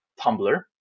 Tumblr